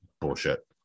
Bullshit